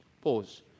pause